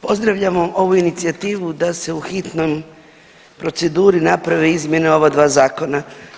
Pozdravljamo ovu inicijativu da se u hitnoj proceduri naprave izmjene ova dva zakona.